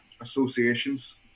associations